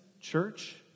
church